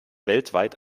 weltweit